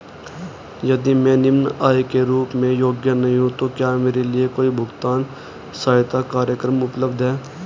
यदि मैं निम्न आय के रूप में योग्य नहीं हूँ तो क्या मेरे लिए कोई भुगतान सहायता कार्यक्रम उपलब्ध है?